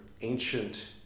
ancient